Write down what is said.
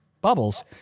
Bubbles